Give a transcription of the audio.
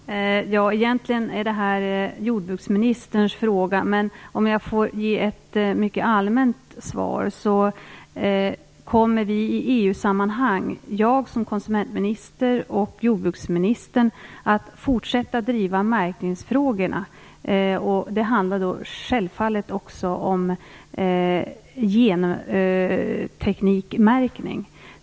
Herr talman! Egentligen är det jordbruksministerns fråga, men om jag får ge ett mycket allmänt svar vill jag säga att jag som konsumentminister och jordbruksministern i EU-sammanhang kommer att fortsätta driva märkningsfrågorna. Det handlar självfallet också om genteknikmärkning.